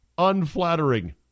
unflattering